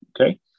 Okay